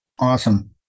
Awesome